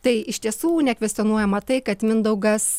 tai iš tiesų nekvestionuojama tai kad mindaugas